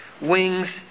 wings